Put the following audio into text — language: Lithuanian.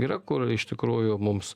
yra kur iš tikrųjų mums